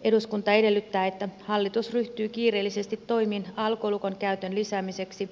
eduskunta edellyttää että hallitus ryhtyy kiireellisesti toimiin alkolukon käytön lisäämiseksi